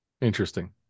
Interesting